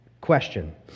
question